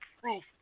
proof